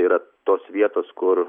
yra tos vietos kur